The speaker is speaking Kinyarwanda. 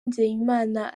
nzeyimana